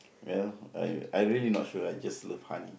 ya I I really not sure I just love honey